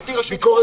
אבל,